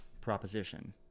proposition